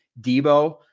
debo